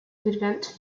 prevent